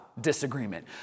disagreement